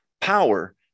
power